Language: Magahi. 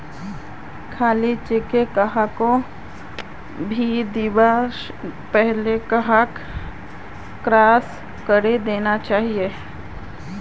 खाली चेक कहाको भी दीबा स पहले वहाक क्रॉस करे देना चाहिए